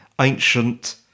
ancient